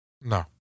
No